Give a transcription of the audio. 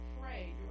pray